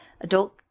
Adult